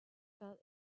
fell